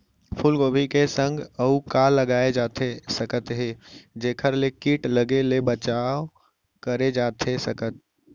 फूलगोभी के संग अऊ का लगाए जाथे सकत हे जेखर ले किट लगे ले बचाव करे जाथे सकय?